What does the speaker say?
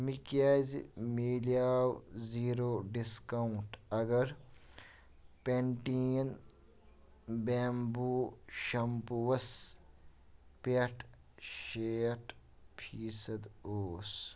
مےٚ کیٛازِ مِلیو زیٖرو ڈسکاونٛٹ اگر پٮ۪نٹیٖن بیمبوٗ شمپوٗوَس پٮ۪ٹھ شیٹھ فیٖصد اوس